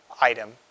item